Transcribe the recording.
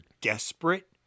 desperate